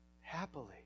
Happily